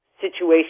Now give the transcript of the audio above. situation